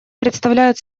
представляет